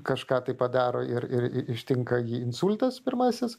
kažką tai padaro ir ir ištinka insultas pirmasis